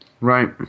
Right